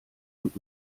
und